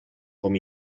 com